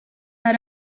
are